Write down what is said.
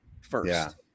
first